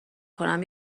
کنم